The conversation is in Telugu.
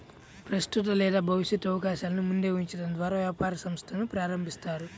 ప్రస్తుత లేదా భవిష్యత్తు అవకాశాలను ముందే ఊహించడం ద్వారా వ్యాపార సంస్థను ప్రారంభిస్తారు